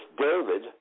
David